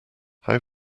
how